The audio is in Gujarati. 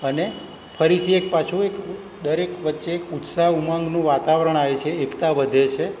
અને ફરીથી એક પાછું એક દરેક વચ્ચે ઉત્સાહ ઉમંગનું વાતાવરણ આવે છે એકતા વધે છે